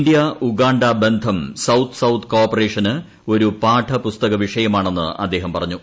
India Uganda ബന്ധം south south കോ ഓപ്പറേഷന് ഒരു പാഠപുസ്തക വിഷയമാണെന്ന് അദ്ദേഹം പറഞ്ഞു